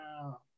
Wow